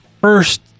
first